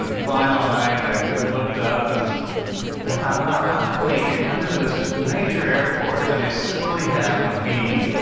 and fly all night, i i looked up, and i thought, wow, how clean. you come into this major airport, and they simply have a b.